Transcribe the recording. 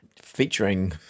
featuring